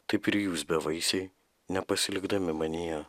taip ir jūs bevaisiai nepasilikdami manyje